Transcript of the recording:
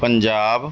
Punjab